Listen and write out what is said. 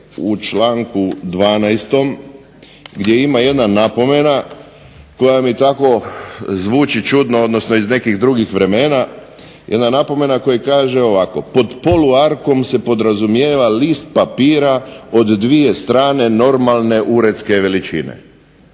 u članku 12. gdje ima jedna napomena koja mi tako zvuči čudno, odnosno iz nekih drugih vremena, jedna napomena koja kaže ovako: pod poluarkom se podrazumijeva list papira od dvije strane normalne uredske veličine.